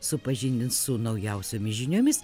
supažindins su naujausiomis žiniomis